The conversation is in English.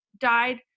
died